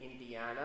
Indiana